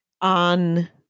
on